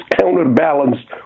counterbalanced